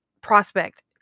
prospect